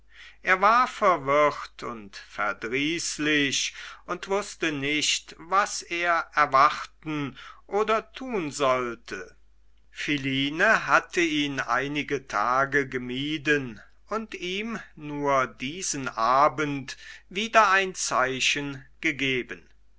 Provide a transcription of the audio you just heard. er war verwirrt und verdrießlich und wußte nicht was er erwarten oder tun sollte philine hatte ihn einige tage gemieden und ihm nur diesen abend wieder ein zeichen gegeben